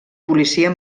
policia